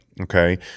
okay